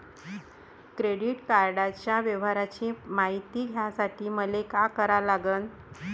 Credit कार्डाच्या व्यवहाराची मायती घ्यासाठी मले का करा लागन?